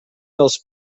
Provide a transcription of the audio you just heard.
dels